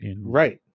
Right